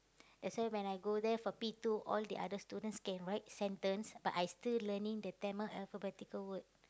that's why when I go there for P two all the other students can write sentence but I still learning the Tamil alphabetical word